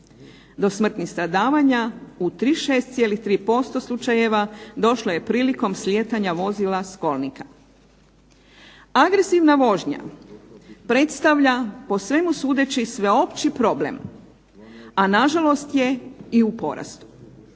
Do smrtnih stradavanja u 36,3% slučajeva došlo je prilikom slijetanja vozila s kolnika. Agresivna vožnja predstavlja po svemu sudeći sveopći problem, a na žalost je i u porastu.